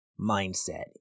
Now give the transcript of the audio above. mindset